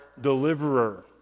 deliverer